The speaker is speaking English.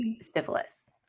syphilis